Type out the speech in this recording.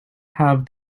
have